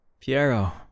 Piero